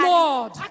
Lord